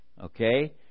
Okay